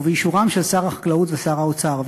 ובאישורם של שר החקלאות ושר האוצר,